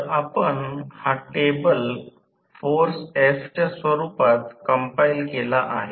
म्हणून येथे p rotor copper loss S PG 3 I2 2 r2 लिहू शकता